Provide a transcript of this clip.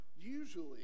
usually